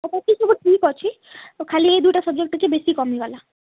ବାକି ସବୁ ଠିକ୍ ଅଛି ତ ଖାଲି ଏ ଦୁଇଟା ସବଜେକ୍ଟ ଟିକେ ବେଶୀ କମି ଗଲା